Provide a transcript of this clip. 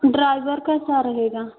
driver का क्या रहेगा